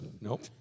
Nope